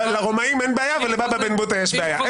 לרומאים אין בעיה אבל לבבא בן בוטא יש בעיה,